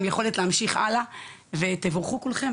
עם יכולת להמשיך הלאה ותבורכו כולכם,